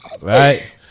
right